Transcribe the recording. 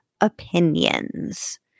opinions